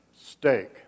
steak